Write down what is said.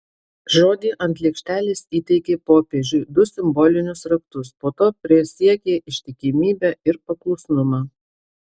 žodį ant lėkštelės įteikė popiežiui du simbolinius raktus po to prisiekė ištikimybę ir paklusnumą